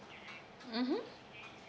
mmhmm